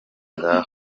ngaho